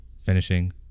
Finishing